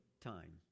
time